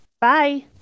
Bye